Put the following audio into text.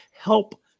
help